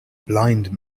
blind